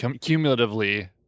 cumulatively